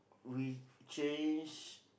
we change